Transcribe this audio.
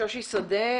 ששי שדה,